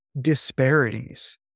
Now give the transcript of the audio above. disparities